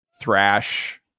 thrash